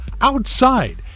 outside